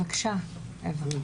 בבקשה, אוה.